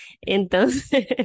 entonces